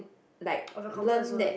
like learn that